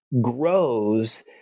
grows